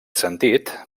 sentit